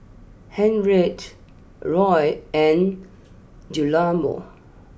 Henriette Loy and Guillermo